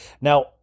Now